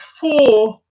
four